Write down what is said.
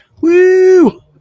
Woo